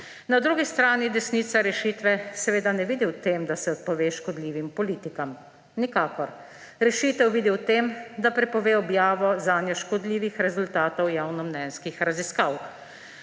Na drugi strani desnica rešitve seveda ne vidi v tem, da se odpove škodljivim politikam. Nikakor. Rešitev vidi v tem, da prepove objavo zanje škodljivih rezultatov javnomnenjskih raziskav.